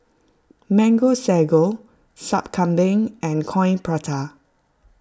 Mango Sago Sup Kambing and Coin Prata